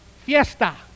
fiesta